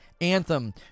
Anthem